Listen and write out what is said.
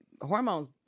hormones